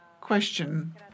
Question